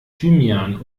thymian